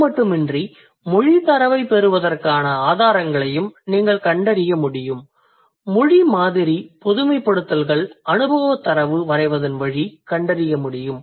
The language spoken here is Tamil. அதுமட்டுமின்றி மொழித் தரவைப் பெறுவதற்கான ஆதாரங்களையும் நீங்கள் கண்டறிய முடியும் மொழி மாதிரி பொதுமைப்படுத்தல்கள் அனுபவத்தரவு வரைவதன்வழி கண்டறிய முடியும்